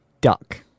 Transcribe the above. Duck